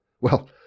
Well